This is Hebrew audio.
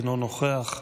אינו נוכח.